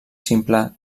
simple